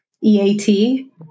EAT